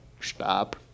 Stop